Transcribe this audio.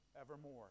evermore